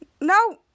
no